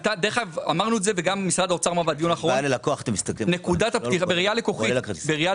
אמרנו וגם משרד האוצר התייחס בראייה של הלקוחות.